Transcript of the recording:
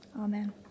Amen